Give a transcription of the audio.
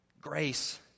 grace